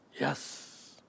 Yes